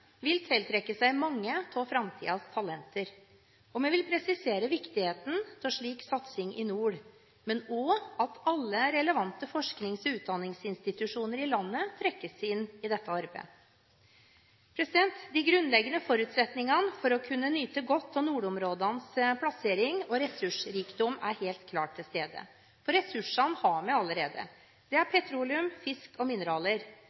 vil tiltrekke seg mange av framtidens talenter. Vi vil presisere viktigheten av slik satsing i nord og også at alle relevante forsknings- og utdanningsinstitusjoner i landet trekkes inn i dette arbeidet. De grunnleggende forutsetningene for å kunne nyte godt av nordområdenes plassering og ressursrikdom er helt klart til stede, for ressursene har vi allerede. Det er petroleum, fisk og mineraler.